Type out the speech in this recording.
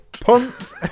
punt